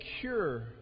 cure